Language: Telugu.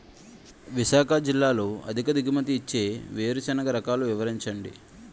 విశాఖ జిల్లాలో అధిక దిగుమతి ఇచ్చే వేరుసెనగ రకాలు వివరించండి?